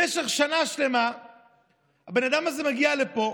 במשך שנה שלמה הבן אדם הזה מגיע לפה